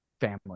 family